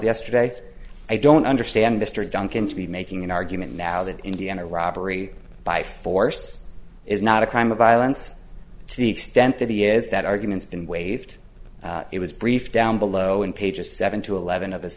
yesterday i don't understand mr duncan to be making an argument now that indiana robbery by force is not a crime of violence to the extent that he is that argument's been waived it was brief down below in pages seven to eleven of